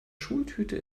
schultüte